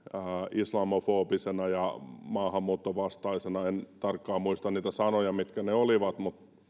islamofobisena ja maahanmuuttovastaisena en tarkkaan muista niitä sanoja mitkä ne olivat